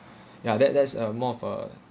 ya that that's a more of uh